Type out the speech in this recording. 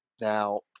Now